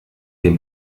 dem